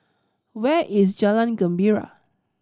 where is Jalan Gembira